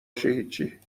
هیچی